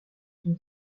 son